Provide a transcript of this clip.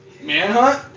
Manhunt